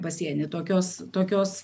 pasieny tokios tokios